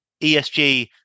ESG